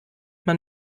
man